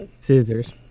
Scissors